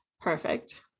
perfect